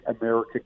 America